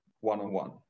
one-on-one